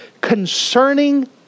concerning